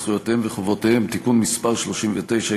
זכויותיהם וחובותיהם (תיקון מס' 39),